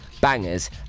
bangers